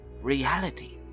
reality